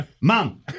Mom